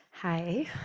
Hi